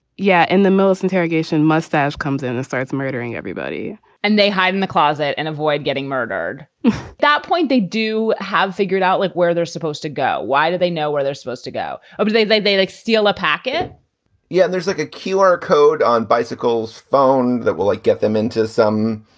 yeah. and the milice interrogation mustache comes in and starts murdering everybody and they hide in the closet and avoid getting murdered at that point they do have figured out like where they're supposed to go. why do they know where they're supposed to go. i mean they they they like steal a packet yeah. there's like a qr code on bicycle's phone that will like get them into some.